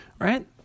Right